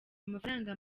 amafaranga